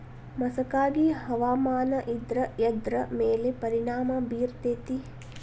ಮಸಕಾಗಿ ಹವಾಮಾನ ಇದ್ರ ಎದ್ರ ಮೇಲೆ ಪರಿಣಾಮ ಬಿರತೇತಿ?